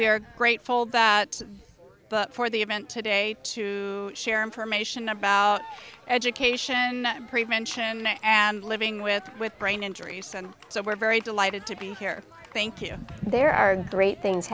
we are grateful that but for the event today to share information about education prevention and living with with brain injuries and so we're very delighted to be here thank you there are great things